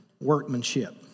workmanship